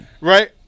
Right